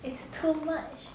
it's too much